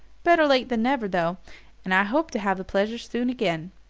better late than never, though and i hope to have the pleasure soon again.